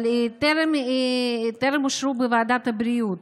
אבל הן טרם אושרו בוועדת הבריאות.